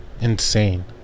insane